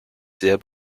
sehr